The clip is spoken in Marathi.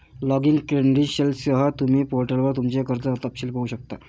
लॉगिन क्रेडेंशियलसह, तुम्ही पोर्टलवर तुमचे कर्ज तपशील पाहू शकता